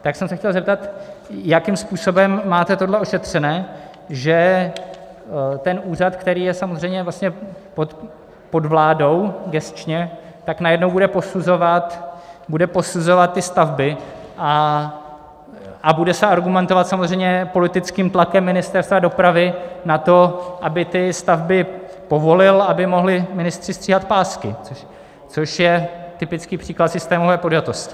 Tak jsem se chtěl zeptat, jakým způsobem máte tohle ošetřené, že ten úřad, který je samozřejmě vlastně pod vládou gesčně, najednou bude posuzovat ty stavby a bude se argumentovat samozřejmě politickým tlakem Ministerstva dopravy na to, aby ty stavby povolil, aby mohli ministři stříhat pásky, což je typický příklad systémové podjatosti.